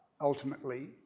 ultimately